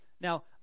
Now